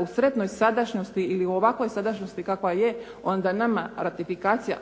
u sretnoj sadašnjosti ili u ovakvoj sadašnjosti kakva je, onda nama ratifikacija